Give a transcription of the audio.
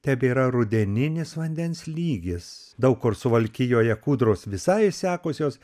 tebėra rudeninis vandens lygis daug kur suvalkijoje kūdros visai išsekusios